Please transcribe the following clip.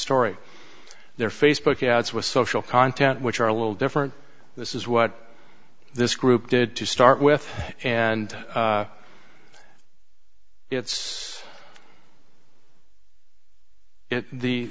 story their facebook ads with social content which are a little different this is what this group did to start with and it's the